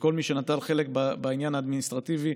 וכל מי שנטל חלק בעניין האדמיניסטרטיבי.